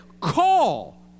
call